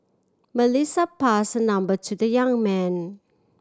Melissa passed her number to the young man